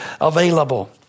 available